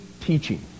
teaching